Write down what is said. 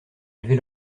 élever